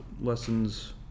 lessons